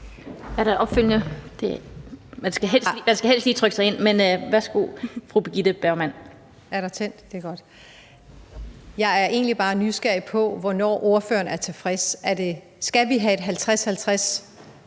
Jeg er egentlig bare nysgerrig på, hvornår ordføreren er tilfreds. Skal vi have en